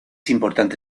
importante